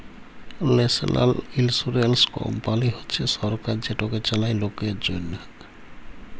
national insurance company হছে সরকার যেটকে চালায় লকের জ্যনহে